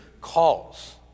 calls